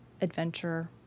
adventure